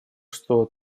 что